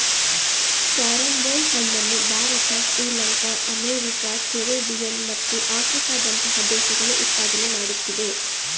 carrom ಬೋಲ್ ಹಣ್ಣನ್ನು Bharat Sri Lanka America Caribbean ಮತ್ತು ಆಫ್ರಿಕಾದಂತಹ ದೇಶಗಳು ಉತ್ಪಾದನೆ ಮಾಡುತ್ತಿದೆ